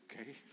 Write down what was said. okay